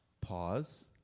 pause